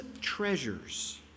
treasures